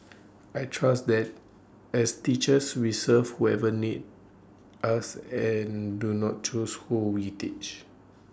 I trust that as teachers we serve whoever needs us and do not choose who we teach